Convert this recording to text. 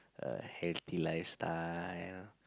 a healthy lifestyle